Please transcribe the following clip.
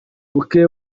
buke